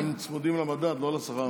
אבל רוב הקצבאות צמודות למדד, לא לשכר הממוצע.